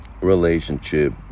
relationship